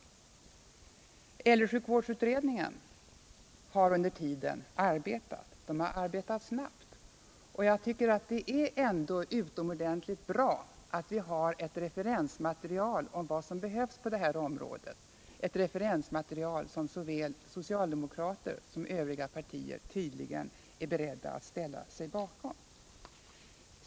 Äldresjukvårdsutredningen har under tiden arbetat, och den har arbetat snabbt. Jag tycker att det ändå är utomordentligt bra att vi har ett referensmaterial om vad som behövs på detta område, ett referensmaterial som såväl socialdemokraterna som övriga partier tydligen är beredda att ställa sig bakom.